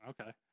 okay